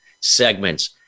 segments